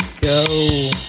go